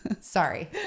Sorry